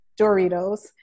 Doritos